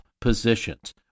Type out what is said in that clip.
positions